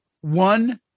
one